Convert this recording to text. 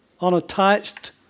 unattached